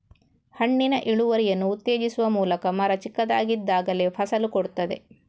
ಹಣ್ಣಿನ ಇಳುವರಿಯನ್ನು ಉತ್ತೇಜಿಸುವ ಮೂಲಕ ಮರ ಚಿಕ್ಕದಾಗಿದ್ದಾಗಲೇ ಫಸಲು ಕೊಡ್ತದೆ